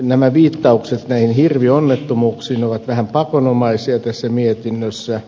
nämä viittaukset näihin hirvionnettomuuksiin ovat vähän pakonomaisia tässä mietinnössä